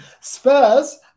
Spurs